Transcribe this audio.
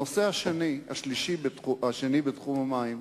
הנושא השני בתחום המים,